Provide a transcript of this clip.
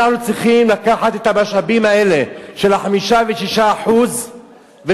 אנחנו צריכים לקחת את המשאבים האלה של ה-5% ו-6% ולטפל,